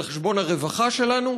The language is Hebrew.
על חשבון הרווחה שלנו,